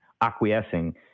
acquiescing